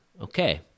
Okay